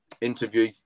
interview